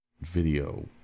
video